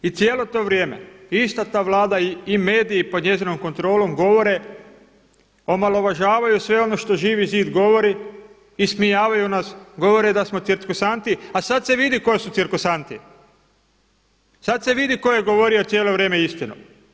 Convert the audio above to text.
I cijelo to vrijeme ista ta Vlada i mediji pod njezinom kontrolom govore omalovažavaju sve ono što Živi zid govori, ismijavaju nas, govore da smo cirkusanti, a sada se vidi tko su cirkusanti, sada se vidi tko je govorio cijelo vrijeme istinu.